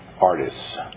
artists